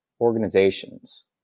organizations